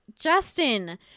Justin